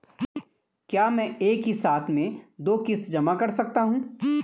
क्या मैं एक ही साथ में दो किश्त जमा कर सकता हूँ?